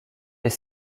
est